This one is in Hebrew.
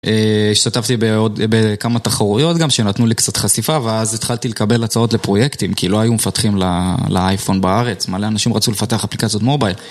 השתתפתי בכמה תחרויות, גם שנתנו לי קצת חשיפה ואז התחלתי לקבל הצעות לפרויקטים כי לא היו מפתחים לאייפון בארץ. מלא אנשים רצו לפתח אפליקציות מובייל